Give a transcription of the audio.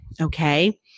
okay